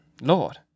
Lord